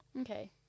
okay